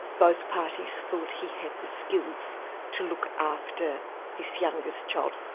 both parties thought he had the skills to look after this youngest child.